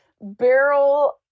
Barrel